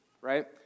Right